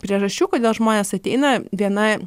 priežasčių kodėl žmonės ateina viena